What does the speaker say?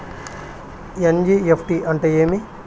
NEFT అంటే ఏమి